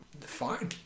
fine